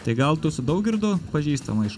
tai gal tu su daugirdu pažįstama iš